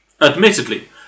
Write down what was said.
admittedly